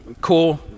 cool